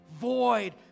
void